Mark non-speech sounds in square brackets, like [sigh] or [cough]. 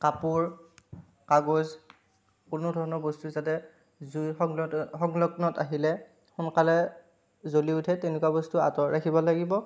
কাপোৰ কাগজ কোনো ধৰণৰ বস্তু যাতে জুইৰ [unintelligible] সংলগ্নত আহিলে সোনকালে জ্বলি উঠে তেনেকুৱা বস্তু আঁতৰত ৰাখিব লাগিব